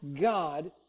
God